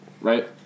Right